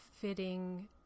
fitting